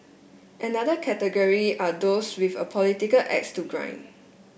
another category are those with a political axe to grind